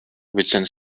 within